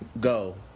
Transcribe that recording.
Go